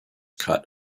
cut